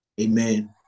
Amen